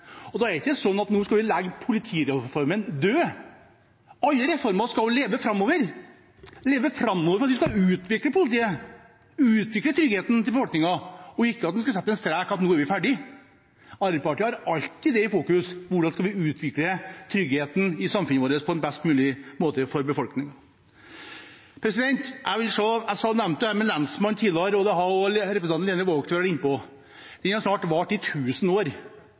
Da er det ikke sånn at vi skal legge politireformen død. Alle reformer skal leve framover for at vi skal utvikle politiet, utvikle tryggheten til befolkningen – vi skal ikke sette strek og si at nå er vi ferdig. Arbeiderpartiet har alltid det i fokus: Hvordan skal vi utvikle tryggheten i samfunnet vårt på en best mulig måte for befolkningen? Jeg nevnte tittelen «lensmann» tidligere, og det har også representanten Lene Vågslid vært inne på. Den har snart vart i tusen år.